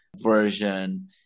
version